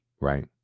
right